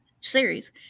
series